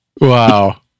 Wow